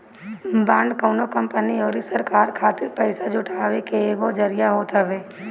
bond कवनो company अउरी सरकार खातिर पईसा जुटाए के एगो जरिया होत हवे